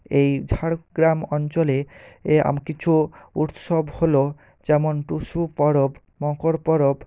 এই ঝাড়গ্রাম অঞ্চলে এ কিছু উৎসব হল যেমন টুসু পরব মকর পরব